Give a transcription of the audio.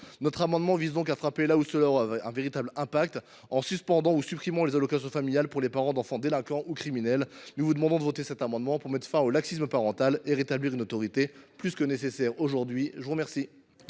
Notre amendement vise donc à frapper là où cela produit un véritable impact, en suspendant ou en supprimant les allocations familiales pour les parents d’enfants délinquants ou criminels. Mes chers collègues, nous vous demandons de voter en faveur de cet amendement, pour mettre fin au laxisme parental et rétablir une autorité plus que nécessaire aujourd’hui. C’est cela